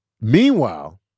Meanwhile